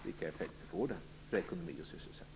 Vilka blir effekterna för ekonomi och sysselsättning?